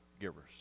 givers